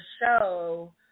show